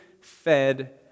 fed